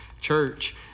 church